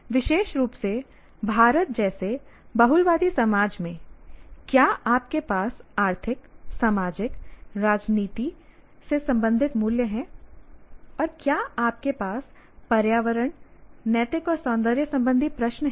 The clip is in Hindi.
विशेष रूप से भारत जैसे बहुलवादी समाज में क्या आपके पास आर्थिक सामाजिक राजनीतिक से संबंधित मूल्य हैं और क्या आपके पास पर्यावरण नैतिक और सौंदर्य संबंधी प्रश्न हैं